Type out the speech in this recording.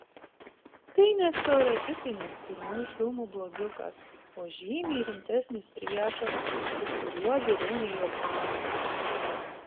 tai ne stereotipinis pirmų filmų blogiukas o žymiai rimtesnis priešas su kuriuo geriau nejuokauti